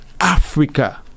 Africa